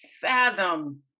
fathom